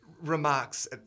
remarks